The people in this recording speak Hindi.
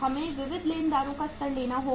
हमें विविध लेनदारों का स्तर लेना होगा